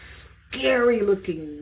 scary-looking